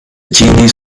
genies